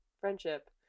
friendship